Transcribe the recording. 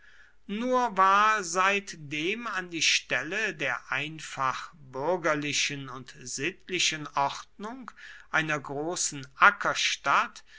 nur war seitdem an die stelle der einfach bürgerlichen und sittlichen ordnung einer großen